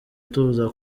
tuza